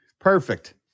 Perfect